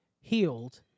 healed